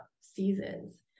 seasons